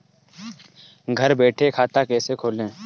घर बैठे खाता कैसे खोलें?